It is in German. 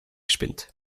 spinnt